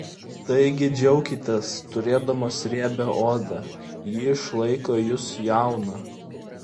taigi džiaukitės turėdamos riebią odą ji išlaiko jus jauną